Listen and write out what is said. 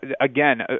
again